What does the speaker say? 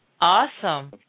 Awesome